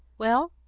well,